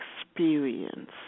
experience